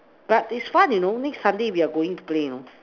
but it's fun you know next Sunday we are going to play you know